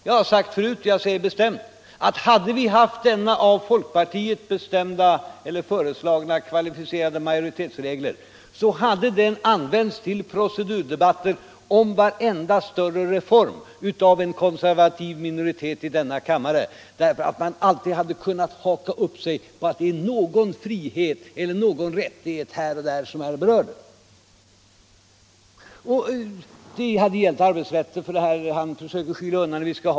Jag har sagt det förut och jag säger bestämt, att hade vi haft denna av folkpartiet föreslagna regel om kvalificerad majoritet skulle av en konservativ minoritet i denna kammare den ha använts till procedurdebatter om varenda större reform, därför att man alltid hade kunnat haka upp sig på att det är någon frihet eller rättighet här och där som är berörd.